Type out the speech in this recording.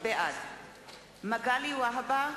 בעד מגלי והבה,